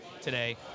today